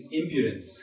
impudence